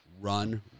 run